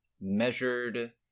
measured